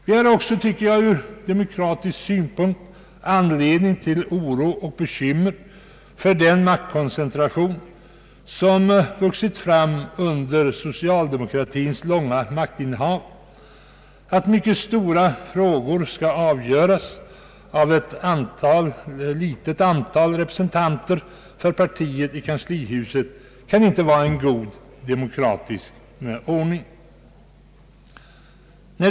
Vi har också ur demokratisk synpunkt anledning till oro och bekymmer för den maktkoncentration som vuxit fram under socialdemokratins långa maktinnehav. Att mycket stora frågor skall avgöras av ett litet antal representanter för partiet i kanslihuset kan inte vara en god demokratisk ordning.